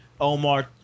Omar